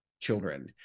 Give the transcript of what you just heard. children